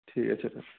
ঠিক আছে